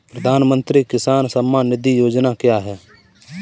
प्रधानमंत्री किसान सम्मान निधि योजना क्या है?